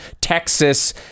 Texas